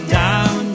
down